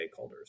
stakeholders